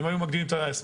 אם היו מגדילים את השמיכה,